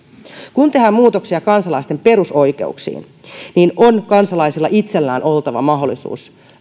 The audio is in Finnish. kun tehdään muutoksia kansalaisten perusoikeuksiin on kansalaisilla itsellään oltava mahdollisuus